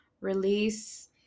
release